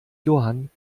johann